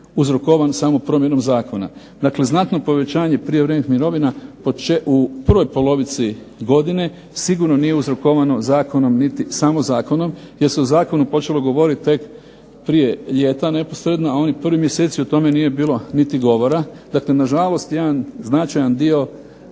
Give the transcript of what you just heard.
uzrokovan samo promjenom zakona. Dakle, znatno povećanje prijevremenih mirovina u prvoj polovici godine, sigurno nije uzrokovano Zakonom niti samo zakonom jer se o Zakonu počelo govoriti tek prije ljeta, a onih prvih mjeseci o tome nije bilo niti govora. Dakle, na žalost jedan značajan dio